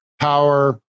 power